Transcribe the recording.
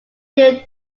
your